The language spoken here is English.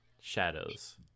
shadows